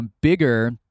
bigger